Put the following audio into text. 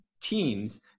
teams